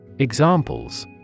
Examples